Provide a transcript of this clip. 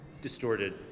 distorted